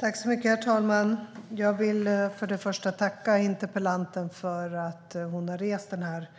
Herr talman! Jag vill börja med att tacka interpellanten för att hon har lyft fram den här